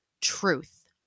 truth